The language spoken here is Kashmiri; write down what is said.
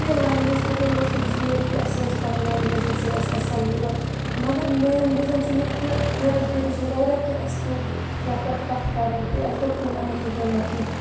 کہِ لَنٛگویج خٲطِر اوس یہِ ٹھیٖک کہِ اَسہِ ٲس پَنٕنۍ لٮ۪نٛگویج گَژھِ ہے اَسہِ اَصٕل یہِ ٲس مگر مین ریٖزَن چھِ ییٚتہِ کہِ بے روزگٲری چھِ واریاہ کہِ اَسہِ پے یَتھ پٮ۪ٹھ کَتھ کَرٕنۍ کہِ اَسہِ دوٚپ کُنہِ اَنٛدٕ یی ہے نَہ کِہنۍ